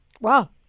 Wow